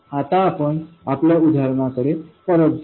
आता आपण आपल्या उदाहरणाकडे परत जाऊ